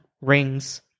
Rings